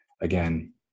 Again